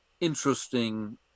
interesting